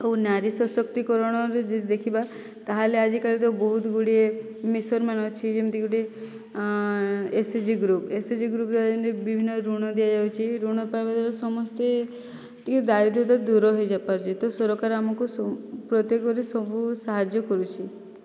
ଆଉ ନାରୀ ସଶକ୍ତିକରଣରେ ଯଦି ଦେଖିବା ତା'ହେଲେ ଆଜିକାଲି ତ ବହୁତଗୁଡ଼ିଏ ମିଶନମାନେ ଅଛି ଯେମିତି ଗୋଟିଏ ଏସ୍ଏଚ୍ଜି ଗ୍ରୁପ୍ ଏସ୍ଏଚ୍ଜି ଗ୍ରୁପ୍ ଦ୍ୱାରା ଯେମିତି ବିଭିନ୍ନ ଋଣ ଦିଆଯାଉଛି ଋଣ ପାଇବା ଦ୍ୱାରା ସମସ୍ତେ ଟିକିଏ ଦାରିଦ୍ର୍ୟତା ଦୂର ହୋଇଯାଇପାରୁଛି ତ ସରକାର ଆମକୁ ପ୍ରତ୍ୟେକରେ ସବୁ ସାହାଯ୍ୟ କରୁଛି